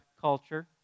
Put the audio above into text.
culture